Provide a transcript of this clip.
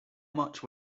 much